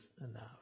enough